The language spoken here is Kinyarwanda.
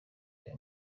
ayo